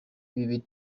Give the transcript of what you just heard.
ibi